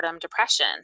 depression